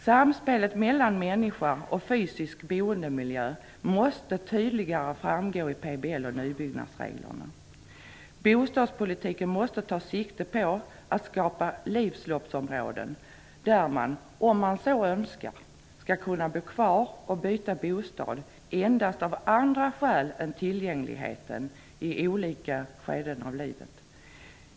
Samspelet mellan människa och fysisk boendemiljö måste tydligare återspeglas i PBL och i nybyggnadsreglerna. Bostadspolitiken måste ta sikte på att skapa livsloppsområden, där man skall kunna bo kvar om man så önskar och skall behöva byta bostad endast av andra skäl än tillgängligheten i olika skeden av livet.